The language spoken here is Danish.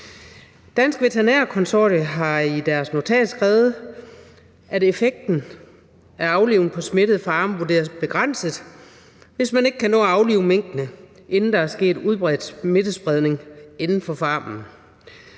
Dansk Veterinær Konsortium har i deres høringsnotat skrevet, at effekten af aflivning på smittede farme vurderes at være begrænset, hvis man ikke kan nå at aflive minkene, inden der er sket udbredt smittespredning inden for farmen.